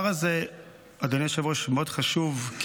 הדבר הזה מאוד חשוב,